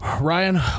Ryan